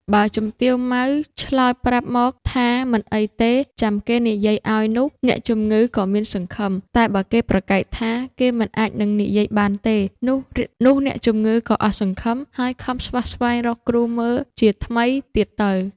បើជំទាវ ម៉ៅ ឆ្លើយប្រាប់មកថាមិនអីទេ ចាំគេនិយាយឲ្យនោះ អ្នកជំងឺក៏មានសង្ឃឹម តែបើគេប្រកែកថា គេមិនអាចនឹងនិយាយបានទេ នោះអ្នកជំងឺក៏អស់សង្ឃឹម ហើយខំស្វះស្វែងរកគ្រូមើលជាថ្មីទៀតទៅ ។